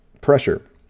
pressure